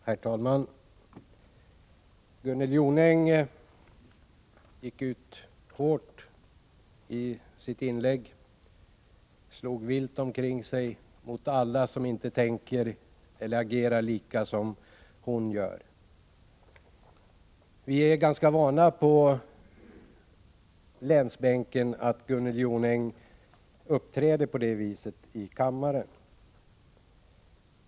Herr talman! Gunnel Jonäng gick ut hårt i sitt inlägg. Hon slog vilt omkring sig mot alla som inte tänker eller agerar som hon. Vi är ganska vana på länsbänken att Gunnel Jonäng uppträder på det sättet i kammaren.